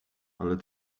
ale